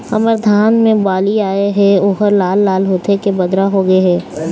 हमर धान मे बाली आए हे ओहर लाल लाल होथे के बदरा होथे गे हे?